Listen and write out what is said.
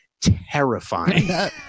terrifying